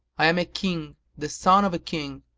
i am a king the son of a king,